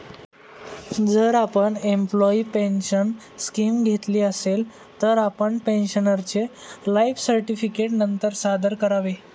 जर आपण employee pension scheme घेतली असेल, तर आपण पेन्शनरचे लाइफ सर्टिफिकेट नंतर सादर करावे